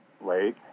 lake